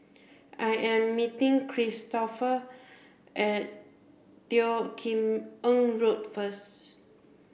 I am meeting Kristoffer at Teo Kim Eng Road first